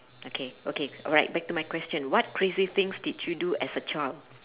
okay okay alright back to my question what crazy things did you do as a child